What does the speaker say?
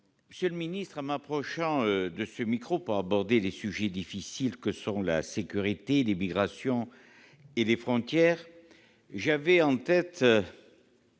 Monsieur le ministre, en m'approchant de ce micro pour aborder ces sujets difficiles que sont la sécurité, l'immigration et les frontières, j'avais en tête